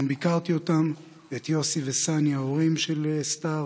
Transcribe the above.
ביקרתי אותם, את יוסי וסאני, ההורים של סטאר,